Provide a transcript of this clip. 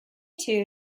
too